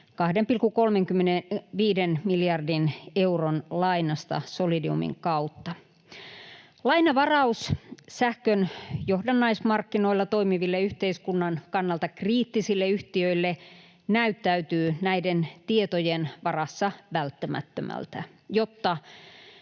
2,35 miljardin euron lainasta Solidiumin kautta. Lainavaraus sähkön johdannaismarkkinoilla toimiville yhteiskunnan kannalta kriittisille yhtiöille näyttäytyy näiden tietojen varassa välttämättömältä, jotta